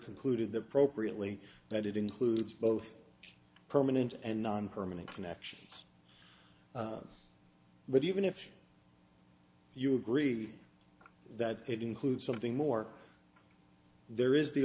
concluded the propre only that it includes both permanent and nonpermanent connections but even if you agree that it includes something more there is the